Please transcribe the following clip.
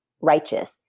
righteous